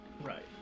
right